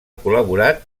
col·laborat